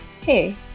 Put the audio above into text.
hey